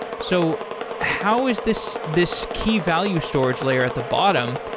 so how is this this key value storage layer at the bottom,